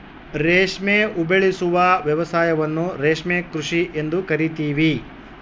ರೇಷ್ಮೆ ಉಬೆಳೆಸುವ ವ್ಯವಸಾಯವನ್ನ ರೇಷ್ಮೆ ಕೃಷಿ ಎಂದು ಕರಿತೀವಿ